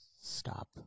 Stop